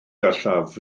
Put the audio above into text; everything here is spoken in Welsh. gallaf